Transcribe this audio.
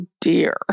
dear